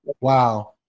Wow